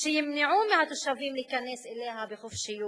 שימנעו מהתושבים להיכנס אליה בחופשיות.